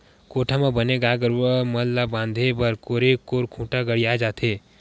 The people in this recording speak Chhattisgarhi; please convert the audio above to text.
कोठा म बने गाय गरुवा मन ल बांधे बर कोरे कोर खूंटा गड़ियाये जाथे